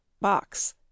Box